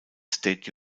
state